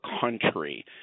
country